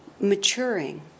maturing